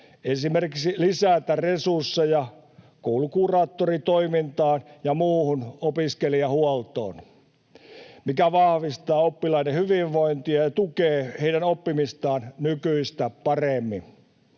esimerkiksi lisätä resursseja koulukuraattoritoimintaan ja muuhun opiskelijahuoltoon, mikä vahvistaa oppilaiden hyvinvointia ja tukee heidän oppimistaan nykyistä paremmin.